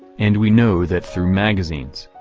and we know that through magazines.